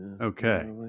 Okay